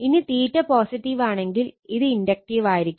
ഇനി പോസിറ്റീവാണെങ്കിൽ ഇത് ഇൻഡക്ടീവ് ആയിരിക്കും